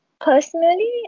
personally